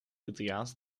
italiaanse